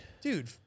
Dude